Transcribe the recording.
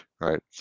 right